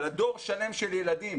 על דור שלם של ילדים